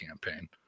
campaign